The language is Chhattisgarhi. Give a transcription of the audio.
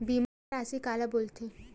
जमा राशि काला बोलथे?